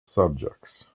subjects